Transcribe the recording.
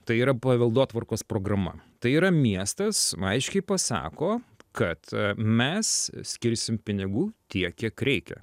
tai yra paveldotvarkos programa tai yra miestas aiškiai pasako kad mes skirsim pinigų tiek kiek reikia